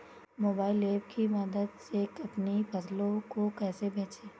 Mobile app की मदद से अपनी फसलों को कैसे बेचें?